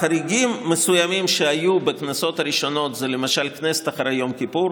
החריגים המסוימים שהיו בכנסות הראשונות הם למשל הכנסת שאחרי יום כיפור,